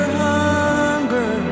hunger